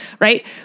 right